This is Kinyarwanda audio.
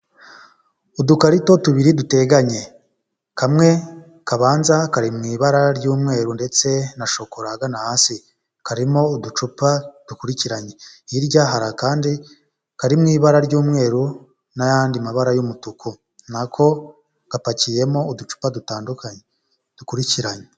Udukarito tubiri duteganye kamwe kabanza kari mu ibara ry'umweru ndetse na shokora agana hasi karimo uducupa dukurikiranye, hirya hari akandi kari mu ibara ry'umweru n'ayandi mabara y'umutuku nako gapakiyemo uducupa dutandukanye, dukurikiranye.